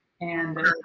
And-